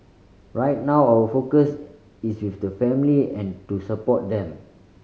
right now our focus is with the family and to support them